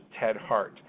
tedhart